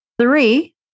Three